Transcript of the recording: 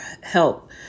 help